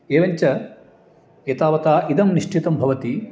एवञ्च एतावता इदं निश्चितं भवति